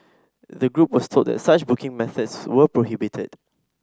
the group was told that such booking methods were prohibited